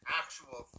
actual